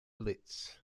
blitz